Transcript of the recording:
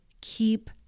keep